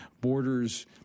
borders